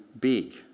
big